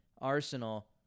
Arsenal